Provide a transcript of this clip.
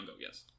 yes